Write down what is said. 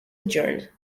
adjourned